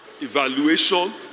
evaluation